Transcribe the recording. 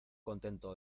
contento